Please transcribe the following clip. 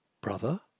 brother